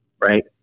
right